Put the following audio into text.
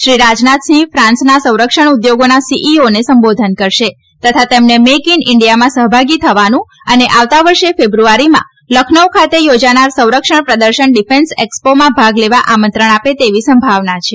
શ્રી રાજનાથસિંહ ફાંસના સંરક્ષણ ઉદ્યોગોના સીઈઓને સંબોધન કરશે તથા તેમને મેઈક ઈન ઈન્ડિયામા સહભાગી થવાનું અને આવતા વર્ષે ફેબ્રુઆરીમાં લખનૌ ખાતે યોજાનાર સંરક્ષણ પ્રદર્શન ડિફેન્સએક્સ્પોમાં ભાગ લેવા આમંત્રણ આપે તેવી સંભાવના છે